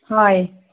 হয়